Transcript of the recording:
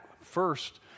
first